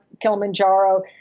Kilimanjaro